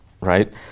right